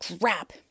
Crap